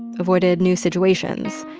avoided new situations,